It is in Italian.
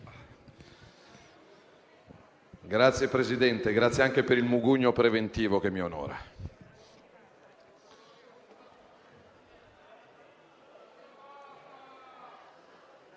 Signor Presidente, ringrazio anche per il mugugno preventivo che mi onora.